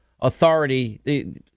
authority